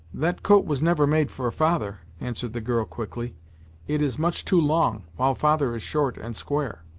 that coat was never made for father, answered the girl, quickly it is much too long, while father is short and square.